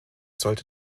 sollte